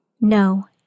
No